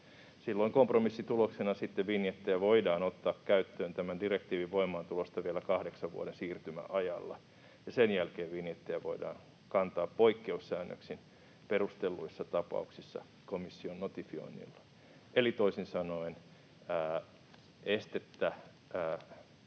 Silloisen kompromissin tuloksena sitten vinjettejä voidaan ottaa käyttöön tämän direktiivin voimaantulosta vielä kahdeksan vuoden siirtymäajalla, ja sen jälkeen vinjettejä voidaan kantaa poikkeussäännöksin, perustelluissa tapauksissa komission notifioinnilla. Eli toisin sanoen estettä